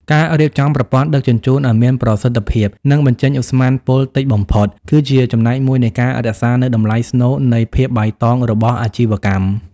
ការរៀបចំប្រព័ន្ធដឹកជញ្ជូនឱ្យមានប្រសិទ្ធភាព និងបញ្ចេញឧស្ម័នពុលតិចបំផុត គឺជាចំណែកមួយនៃការរក្សានូវតម្លៃស្នូលនៃ "ភាពបៃតង" របស់អាជីវកម្ម។